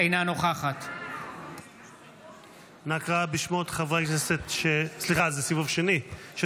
אינה נוכחת אנא קרא בשמות חברי הכנסת שטרם הצביעו בסיבוב שני.